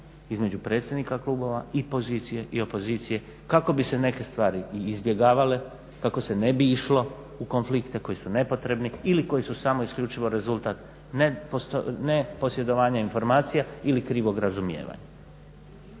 između predsjednika klubova i pozicije i opozicije kako bi se neke stvari i izbjegavale, kako se ne bi išlo u konflikte koji su nepotrebni ili koji su samo i isključivo rezultat neposjedovanja informacija ili krivog razumijevanja.